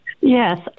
Yes